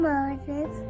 Moses